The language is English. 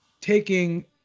taking